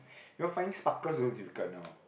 you know finding sparkles you know is difficult you know